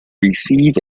receive